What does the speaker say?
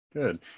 Good